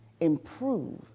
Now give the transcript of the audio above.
improve